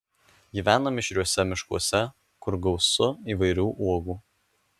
gyvena mišriuose miškuose kur gausu įvairių uogų